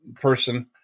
person